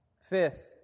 fifth